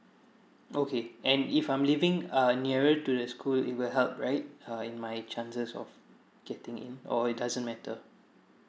okay and if I'm living uh nearer to the school it will help right uh in my chances of getting in or it doesn't matter